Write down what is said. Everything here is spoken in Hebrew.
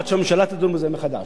עד שהממשלה תדון בזה מחדש.